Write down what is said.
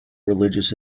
religious